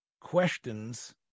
questions